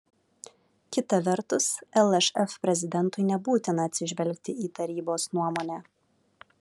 kita vertus lšf prezidentui nebūtina atsižvelgti į tarybos nuomonę